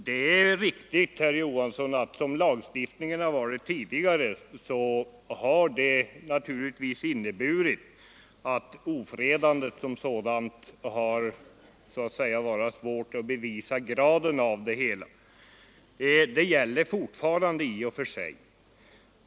Det är riktigt, herr Johansson, att det med lagstiftningens tidigare utformning varit svårt att fastställa en gräns för när ofredande skall anses föreligga, och så är det naturligtvis fortfarande.